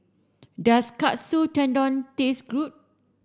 does Katsu Tendon taste good